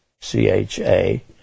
c-h-a